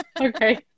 Okay